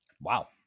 wow